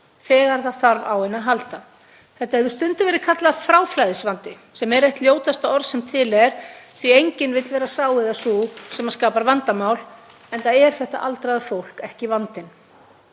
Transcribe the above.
þegar það þarf á henni að halda. Þetta hefur stundum verið kallað fráflæðisvandi, sem er eitt ljótasta orð sem til er því að enginn vill vera sá eða sú sem skapar vandamál, enda er þetta aldraða fólk ekki vandinn.